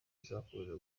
izakomeza